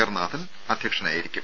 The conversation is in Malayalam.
ആർ നാഥൻ അധ്യക്ഷനായിരിക്കും